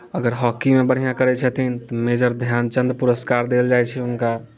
अगर हॉकीमे बढ़िआँ करैत छथिन तऽ मेजर ध्यानचन्द पुरस्कार देल जाइत छै हुनका